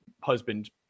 husband